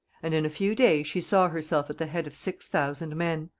and in a few days she saw herself at the head of six thousand men.